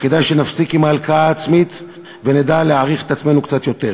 וכדאי שנפסיק עם ההלקאה העצמית ונדע להעריך את עצמנו קצת יותר.